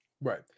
right